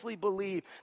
believe